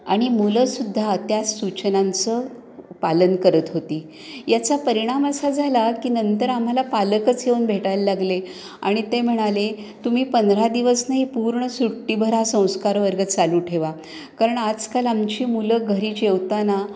आणि मुलंसुद्धा त्या सूचनांचं पालन करत होती याचा परिणाम असा झाला की नंतर आम्हाला पालकच येऊन भेटायला लागले आणि ते म्हणाले तुम्ही पंधरा दिवस नाही पूर्ण सुट्टीभर हा संस्कार वर्ग चालू ठेवा कारण आजकाल आमची मुलं घरी जेवताना